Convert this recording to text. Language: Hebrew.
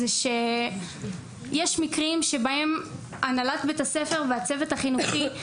יש מקרים שבהם הנהלת בית הספר והצוות החינוכי,